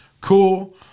cool